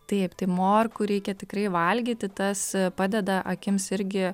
taip taip morkų reikia tikrai valgyti tas padeda akims irgi